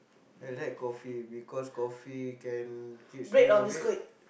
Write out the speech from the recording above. I like coffee because coffee can keeps me awake